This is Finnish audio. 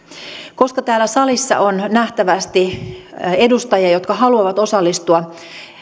koska täällä salissa on nähtävästi edustajia jotka haluavat osallistua